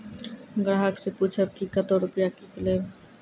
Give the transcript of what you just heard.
ग्राहक से पूछब की कतो रुपिया किकलेब?